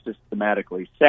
systematically